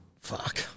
fuck